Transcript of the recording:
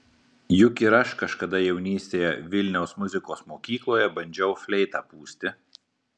juk ir aš kažkada jaunystėje vilniaus muzikos mokykloje bandžiau fleitą pūsti